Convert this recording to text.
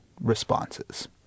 responses